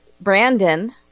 Brandon